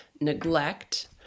neglect